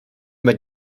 man